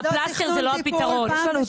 בוועדות תכנון טיפול פעם בשנה,